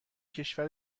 کشور